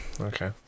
Okay